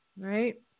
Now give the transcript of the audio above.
right